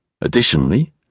Additionally